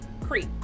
creep